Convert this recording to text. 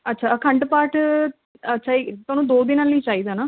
ਅੱਛਾ ਅਖੰਡ ਪਾਠ ਅੱਛਾ ਈ ਤੁਹਾਨੂੰ ਦੋ ਦਿਨਾਂ ਲਈ ਚਾਹੀਦਾ ਨਾ